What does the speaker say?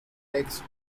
next